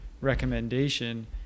recommendation